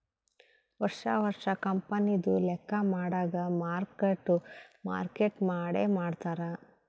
ವರ್ಷಾ ವರ್ಷಾ ಕಂಪನಿದು ಲೆಕ್ಕಾ ಮಾಡಾಗ್ ಮಾರ್ಕ್ ಟು ಮಾರ್ಕೇಟ್ ಮಾಡೆ ಮಾಡ್ತಾರ್